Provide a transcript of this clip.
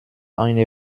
eine